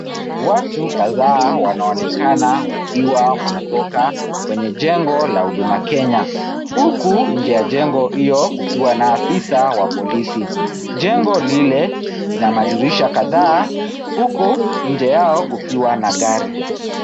Watu kadhaa wanaonekana wakiwa wanatoka kwenye jengo la huduma Kenya huku nje ya jengo hiyo kukiwa na afisa wa polisi. Jingo lile lina madirisha kadhaa huku nje yao kukiwa na gari.